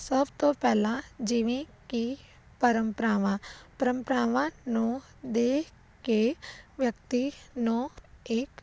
ਸਭ ਤੋਂ ਪਹਿਲਾਂ ਜਿਵੇਂ ਕਿ ਪਰੰਪਰਾਵਾਂ ਪਰੰਪਰਾਵਾਂ ਨੂੰ ਦੇਖ ਕੇ ਵਿਅਕਤੀ ਨੂੰ ਇੱਕ